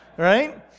Right